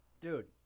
dude